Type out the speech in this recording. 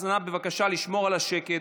אז בבקשה לשמור על השקט,